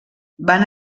van